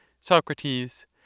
Socrates